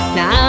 Now